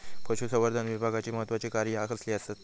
पशुसंवर्धन विभागाची महत्त्वाची कार्या कसली आसत?